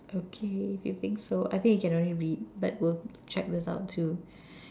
okay you think so I think you can only read but will check this out too